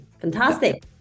fantastic